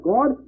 God